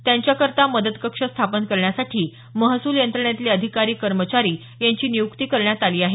त्यांच्याकरता मदत कक्ष स्थापन करण्यासाठी महसूल यंत्रणेततले अधिकारी कर्मचारी यांची निय्क्ती करण्यात आली आहे